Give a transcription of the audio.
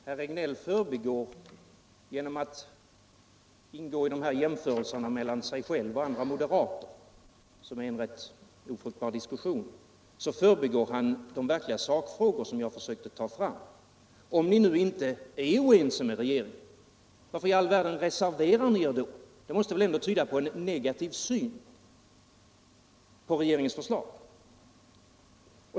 Herr talman! Genom att herr Regnéll inlåter sig på dessa jämförelser mellan sig själv och andra moderater — en rätt ofruktbar diskussion — förbigår han de verkliga sakfrågor som jag försökte ta fram. Om ni nu inte är oense med regeringen, varför i all världen reserverar ni er då? Det måste väl ändå tyda på en negativ syn på regeringens förslag.